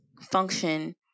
function